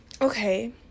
okay